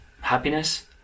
happiness